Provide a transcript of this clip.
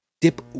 dip